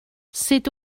sut